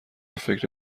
فکر